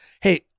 hey